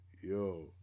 Yo